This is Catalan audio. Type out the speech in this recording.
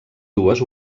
dues